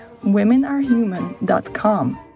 womenarehuman.com